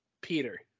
Peter